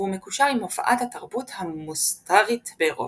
והוא מקושר עם הופעת התרבות המוסטרית באירופה.